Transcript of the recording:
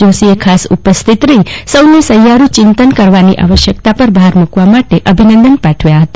જોશી એ ખાસ ઉપસ્થિત રહી સૌ ને સહિયારું ચિંતન કરવાની આવશ્યકતા પર ભાર મુકવા સાથે આયોજકોને અભિનંદન પાઠવ્યા હતા